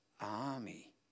army